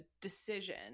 decision